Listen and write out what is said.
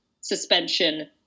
suspension